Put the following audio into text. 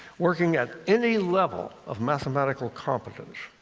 working at any level of mathematical competence,